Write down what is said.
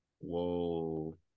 Whoa